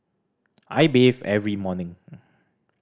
I bathe every morning